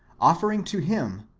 offering to him,